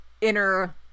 inner